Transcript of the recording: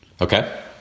Okay